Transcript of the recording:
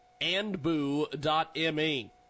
andboo.me